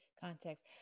context